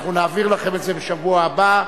אנחנו נעביר לכם את זה בשבוע הבא,